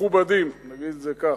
מכובדים, נגיד את זה כך.